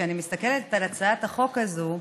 כשאני מסתכלת על הצעת החוק הזאת,